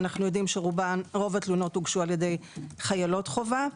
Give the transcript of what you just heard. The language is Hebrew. אנחנו יודעים שרוב התלונות הוגשו על ידי חיילות חובה,